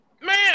man